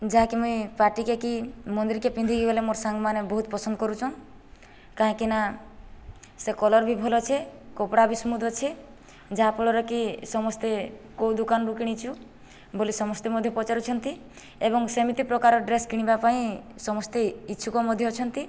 ଯାହାକି ମୁଇଁ ପାର୍ଟିକେ କି ମନ୍ଦିର୍କେ ପିନ୍ଧି ଗଲେ ମୋର ସାଙ୍ଗ୍ମାନେ ବହୁତ ପସନ୍ଦ କରୁଛନ୍ କାହିଁକିନା ସେ କଲର୍ ବି ଭଲ ଅଛେ କପଡ଼ା ବି ସ୍ମୁଥ ଅଛେ ଯାହା ଫଳରେ କି ସମସ୍ତେ କୋଉ ଦୁକାନରୁ କିଣିଛୁ ବୋଲି ସମସ୍ତେ ମୋତେ ପଚାରୁଛନ୍ତି ଏବଂ ସେମିତି ପ୍ରକାର ଡ୍ରେସ କିଣିବା ପାଇଁ ସମସ୍ତେ ଇଚ୍ଛୁକ ମଧ୍ୟ ଅଛନ୍ତି